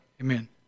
Amen